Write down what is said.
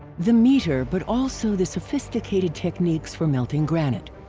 the meter but also the sophisticated techniques for melting granite,